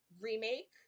remake